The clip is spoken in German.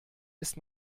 ist